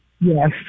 Yes